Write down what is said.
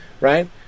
right